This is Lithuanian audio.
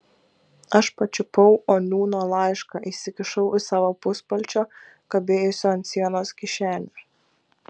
aš pačiupau oniūno laišką įsikišau į savo puspalčio kabėjusio ant sienos kišenę